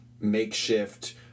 makeshift